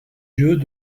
jeux